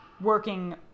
working